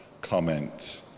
comment